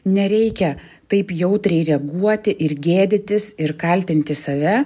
nereikia taip jautriai reaguoti ir gėdytis ir kaltinti save